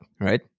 right